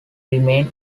remain